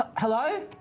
ah hello?